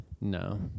No